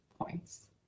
points